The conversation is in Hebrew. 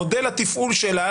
מודל התפעול שלה,